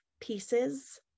pieces